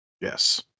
yes